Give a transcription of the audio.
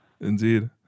indeed